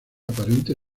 aparente